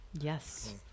Yes